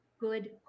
good